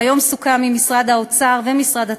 והיום סוכם עם משרד האוצר ומשרד התרבות,